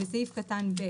בסעיף קטון (ב)